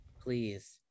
Please